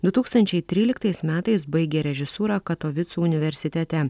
du tūkstančiai tryliktais metais baigė režisūrą katovicų universitete